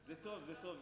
זה טוב, זה טוב.